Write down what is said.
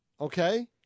Okay